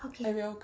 okay